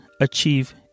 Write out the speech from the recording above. achieve